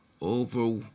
over